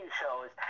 shows